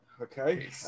Okay